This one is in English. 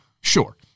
Sure